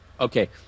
Okay